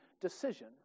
decision